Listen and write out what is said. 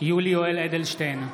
יולי יואל אדלשטיין,